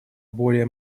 более